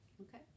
Okay